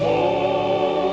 or